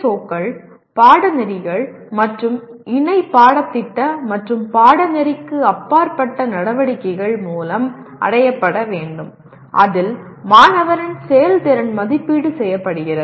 ஓக்கள் பாடநெறிகள் மற்றும் இணை பாடத்திட்ட மற்றும் பாடநெறிக்கு அப்பாற்பட்ட நடவடிக்கைகள் மூலம் அடையப்பட வேண்டும் அதில் மாணவரின் செயல்திறன் மதிப்பீடு செய்யப்படுகிறது